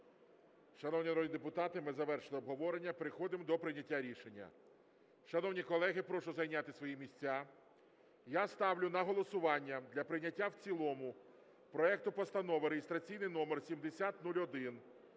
Шановні народні депутати, ми завершили обговорення. Переходимо до прийняття рішення. Шановні колеги, прошу зайняти свої місця. Я ставлю на голосування для прийняття в цілому проекту Постанови (реєстраційний номер 7001)